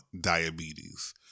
Diabetes